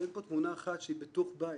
אין פה תמונה אחת שהיא בתוך בית.